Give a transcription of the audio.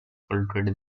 polluted